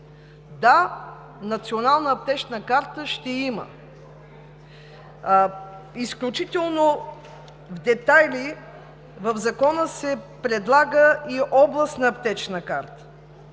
Да, Национална аптечна карта ще има. Изключително в детайли в Закона се предлага и Областна аптечна карта.